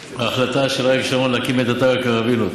ההחלטה של אריק שרון להקים את אתר הקרווילות,